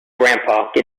grampa